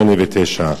2008 ו-2009?